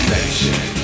Nation